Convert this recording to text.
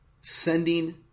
sending